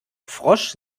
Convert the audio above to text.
frosch